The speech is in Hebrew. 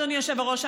אדוני היושב-ראש,